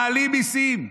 מעלים מיסים,